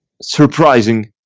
surprising